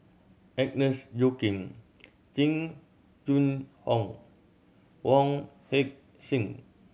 Agnes Joaquim Jing Jun Hong Wong Heck Sing